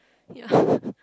yeah